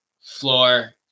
floor